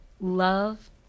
love